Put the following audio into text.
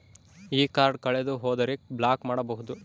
ಈ ಕಾರ್ಡ್ ಕಳೆದು ಹೋದರೆ ಬ್ಲಾಕ್ ಮಾಡಬಹುದು?